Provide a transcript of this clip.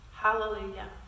Hallelujah